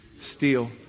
steal